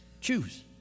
Choose